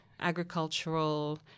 agricultural